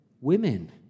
women